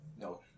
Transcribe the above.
No